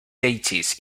deities